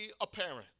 apparent